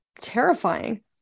terrifying